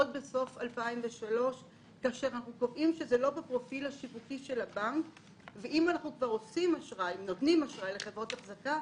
זה כבר בסוף 2003. אם אנחנו כבר נותנים אשראי לחברות אחזקה,